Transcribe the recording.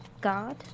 god